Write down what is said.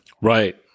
Right